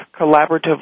collaboratively